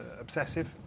obsessive